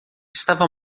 estava